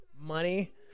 Money